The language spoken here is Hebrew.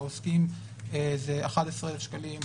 לעוסקים זה 11,000 שקלים.